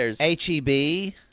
H-E-B